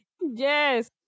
Yes